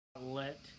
Let